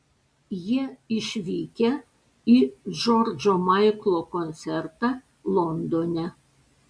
jie išvykę į džordžo maiklo koncertą londone